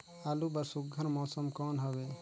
आलू बर सुघ्घर मौसम कौन हवे?